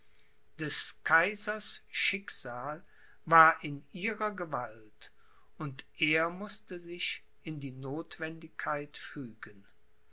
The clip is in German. des kaisers schicksal war in ihrer gewalt und er mußte sich in die notwendigkeit